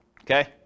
Okay